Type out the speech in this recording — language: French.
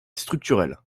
structurel